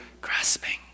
grasping